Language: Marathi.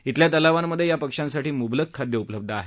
इथल्या तलावांमध्ये या पक्षांसाठी मुबलक खाद्य उपलब्ध आहे